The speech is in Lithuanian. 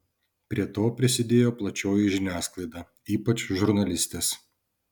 prie to prisidėjo plačioji žiniasklaida ypač žurnalistės